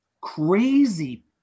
crazy